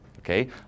Okay